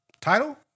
Title